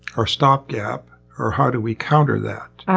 our stopgap? or how do we counter that?